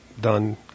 done